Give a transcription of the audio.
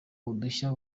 udushya